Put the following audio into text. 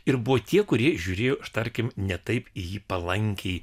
ir buvo tie kurie žiūrėjo tarkime ne taip į jį palankiai